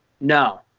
No